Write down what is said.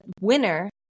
winner